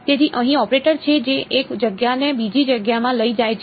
તેથી અહીં ઓપરેટર છે જે એક જગ્યાને બીજી જગ્યામાં લઈ જાય છે